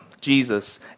Jesus